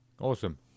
Awesome